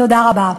תודה רבה.